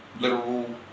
literal